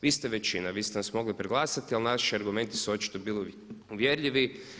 Vi ste većina, vi ste nas mogli preglasati ali naši argumenti su očito bili uvjerljivi.